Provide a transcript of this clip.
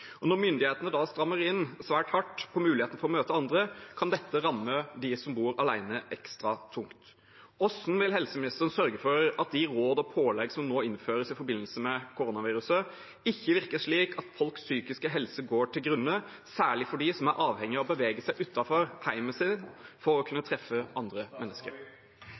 Når myndighetene da strammer inn svært hardt på mulighetene for å møte andre, kan dette ramme dem som bor alene, ekstra tungt. Hvordan vil helseministeren sørge for at de råd og pålegg som nå innføres i forbindelse med koronaviruset, ikke virker slik at folks psykiske helse går til grunne, særlig for dem som er avhengig av å bevege seg utenfor hjemmet sitt for å kunne treffe andre mennesker?